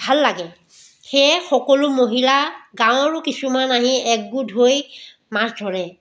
ভাল লাগে সেয়ে সকলো মহিলা গাঁৱৰো কিছুমান আহি একগোট হৈ মাছ ধৰে